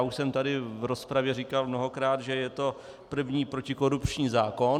Už jsem tady v rozpravě říkal mnohokrát, že je to první protikorupční zákon.